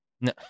no